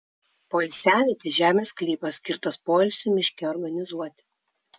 poilsiavietė žemės sklypas skirtas poilsiui miške organizuoti